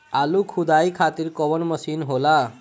आलू खुदाई खातिर कवन मशीन होला?